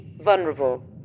vulnerable